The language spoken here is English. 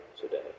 today